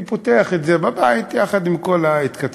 אני פותח את זה בבית, יחד עם כל ההתכתבויות,